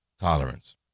tolerance